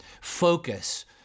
Focus